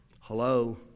Hello